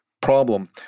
problem